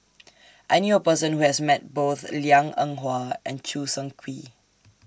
I knew A Person Who has Met Both Liang Eng Hwa and Choo Seng Quee